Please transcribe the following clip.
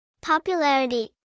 Popularity